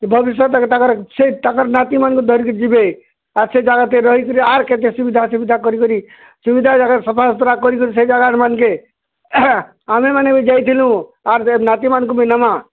ଭବିଷ୍ୟତ୍କେ ତାକର୍ ସେ ତାକର୍ ନାତୀମାନଙ୍କୁ ଧରିକି ଯିବେ ଆର୍ ସେ ଜାଗାକେ ରହିକିରି ଆର୍ କେତେ ସୁବିଧା ସୁବିଧା କରିକିରି ସୁବିଧା ଜାଗାରେ ସଫାସୁତୁରା କରିକରି ସେ ଜାଗାର ମାନ୍କେ ଆମେମାନେ ବି ଯାଇଥିଲୁ ଆର୍ ନାତୀମାନଙ୍କୁ ବି ନମାଁ